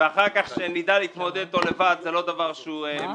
ואחר כך לדעת להתמודד אתו לבד זו לא משימה פשוטה.